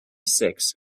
six